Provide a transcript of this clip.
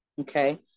Okay